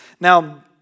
Now